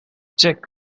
check